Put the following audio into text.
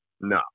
No